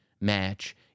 match